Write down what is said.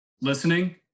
Listening